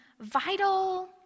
vital